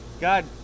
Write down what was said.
God